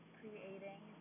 creating